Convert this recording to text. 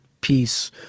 peace